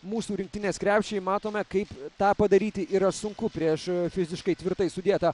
mūsų rinktinės krepšį matome kaip tą padaryti yra sunku prieš fiziškai tvirtai sudėtą